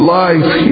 life